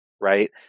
right